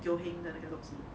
Teo Heng 的那个东西